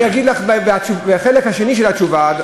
ובחלק השני של התשובה,